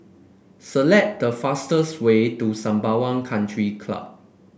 select the fastest way to Sembawang Country Club